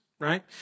right